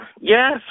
Yes